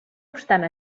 obstant